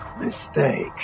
mistake